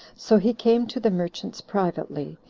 so he came to the merchants privately,